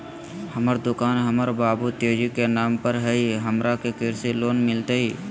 हमर दुकान हमर बाबु तेजी के नाम पर हई, हमरा के कृषि लोन मिलतई?